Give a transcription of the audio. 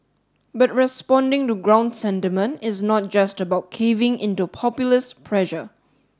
but responding to ground sentiment is not just about caving into populist pressure